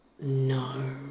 No